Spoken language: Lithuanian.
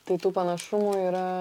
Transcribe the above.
tai tų panašumų yra